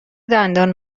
دندان